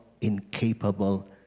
incapable